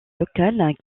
locales